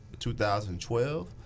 2012